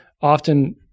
often